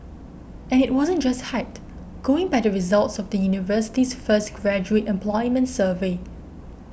and it wasn't just hype going by the results of the university's first graduate employment survey